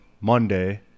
Monday